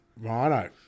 Rhino